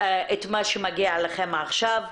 את מה שמגיע לכם עכשיו.